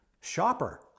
shopper